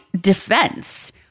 defense